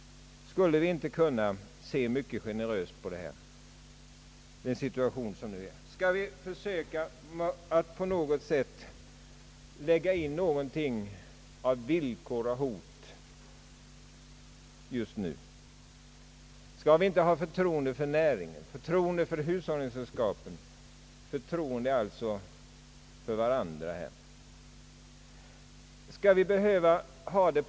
Skulle vi inte kunna se generöst på den situation som nu har uppstått? Skall vi verkligen i den uppkomna situationen komma med villkor och hotelser? Skall vi inte i stället visa förtroende för näringen, förtroende för hushållningssällskapen, med andra ord förtroende för varandra?